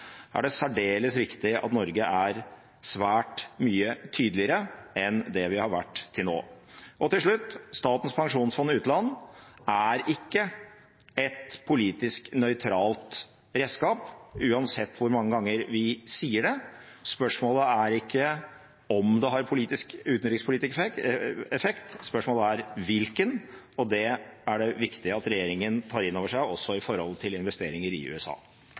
er det særdeles viktig at Norge er svært mye tydeligere enn det vi har vært til nå. Til slutt: Statens pensjonsfond utland er ikke et politisk nøytralt redskap uansett hvor mange ganger vi sier det. Spørsmålet er ikke om det har utenrikspolitisk effekt, spørsmålet er hvilken, og det er det viktig at regjeringen tar inn over seg også når det gjelder investeringer i USA.